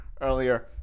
earlier